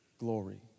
Glory